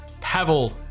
Pavel